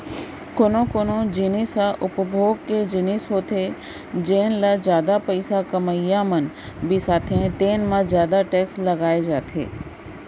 कोनो कोनो जिनिस ह उपभोग के जिनिस होथे जेन ल जादा पइसा कमइया मन बिसाथे तेन म जादा टेक्स लगाए जाथे